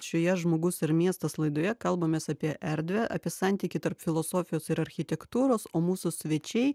šioje žmogus ir miestas laidoje kalbamės apie erdvę apie santykį tarp filosofijos ir architektūros o mūsų svečiai